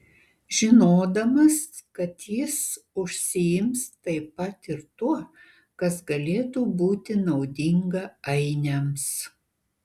žinodamas kad jis užsiims taip pat ir tuo kas galėtų būti naudinga ainiams